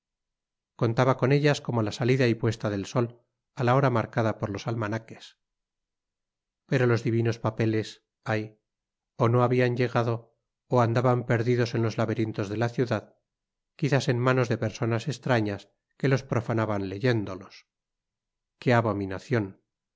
contaba con ellas como con la salida y puesta del sol a la hora marcada por los almanaques pero los divinos papeles ay o no habían llegado o andaban perdidos en los laberintos de la ciudad quizás en manos de personas extrañas que los profanaban leyéndolos qué abominación